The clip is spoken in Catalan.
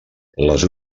les